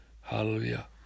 Hallelujah